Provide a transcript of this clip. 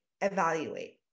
evaluate